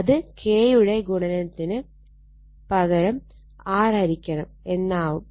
അത് K യുടെ ഗുണനത്തിന് പകരം R ഹരിക്കണം എന്നാവും